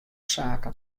saken